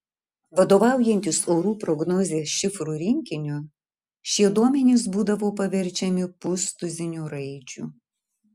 vadovaujantis orų prognozės šifrų rinkiniu šie duomenys būdavo paverčiami pustuziniu raidžių